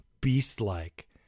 beast-like